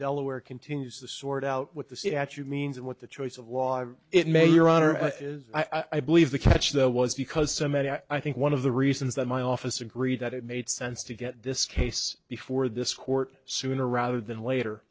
delaware continues to sort out what the city at you means and what the choice of law it may your honor is i believe the catch though was because so many i think one of the reasons that my office agreed that it made sense to get this case before this court sooner rather than later